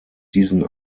diesen